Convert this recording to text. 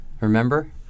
remember